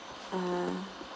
ah